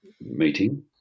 meeting